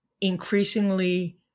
increasingly